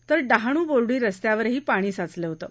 तर डहाणू बोर्डी रस्त्यावरही पाणी साचलं होतं